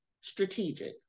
strategic